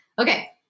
Okay